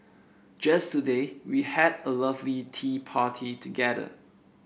just today we had a lovely tea party together